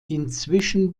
inzwischen